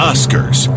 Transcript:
Oscars